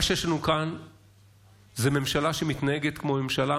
מה שיש לנו כאן זה ממשלה שמתנהגת כמו ממשלה